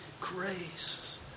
grace